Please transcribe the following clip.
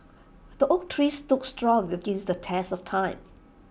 the oak tree stood strong against the test of time